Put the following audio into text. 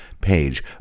page